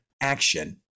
Action